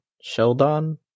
Sheldon